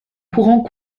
courant